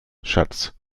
schatz